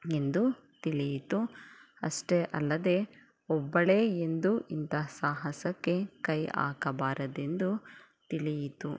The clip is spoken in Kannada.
ಎಂದು ತಿಳಿಯಿತು ಅಷ್ಟೇ ಅಲ್ಲದೆ ಒಬ್ಬಳೇ ಎಂದೂ ಇಂಥ ಸಾಹಸಕ್ಕೆ ಕೈ ಹಾಕಬಾರದೆಂದು ತಿಳಿಯಿತು